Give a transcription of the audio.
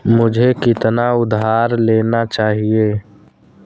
मुझे कितना उधार लेना चाहिए?